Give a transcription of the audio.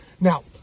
Now